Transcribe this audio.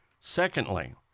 secondly